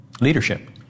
leadership